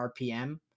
RPM